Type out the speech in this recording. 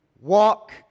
Walk